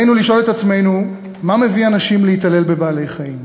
עלינו לשאול את עצמנו מה מביא אנשים להתעלל בבעלי-חיים.